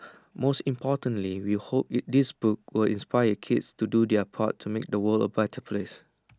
most importantly we hope this this book will inspire kids to do their part to make the world A better place